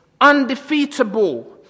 undefeatable